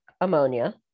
ammonia